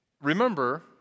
Remember